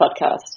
podcast